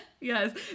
Yes